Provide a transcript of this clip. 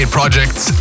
Project's